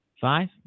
Five